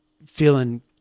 Feeling